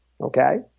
okay